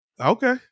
Okay